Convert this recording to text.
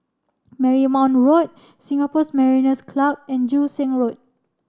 Marymount Road Singapore Mariners' Club and Joo Seng Road